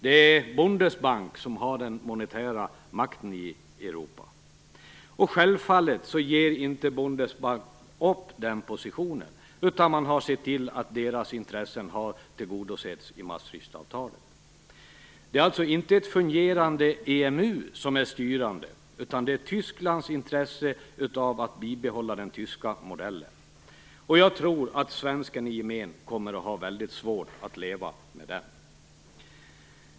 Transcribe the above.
Det är Bundesbank som har den monetära makten i Europa. Självfallet ger Bundesbank inte upp sin position utan har sett till att de egna intressena har tillgodosetts i Maastrichtavtalet. Det är alltså inte ett fungerande EMU som är styrande, utan Tysklands intresse av att bibehålla den tyska modellen. Jag tror att svensken i gemen kommer att ha väldigt svårt att leva med den.